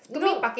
no